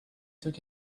took